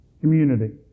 Community